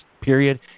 Period